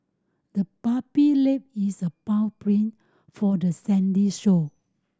the puppy left its paw prints for the sandy shore